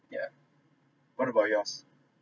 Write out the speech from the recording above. yeah what about yours